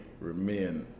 remain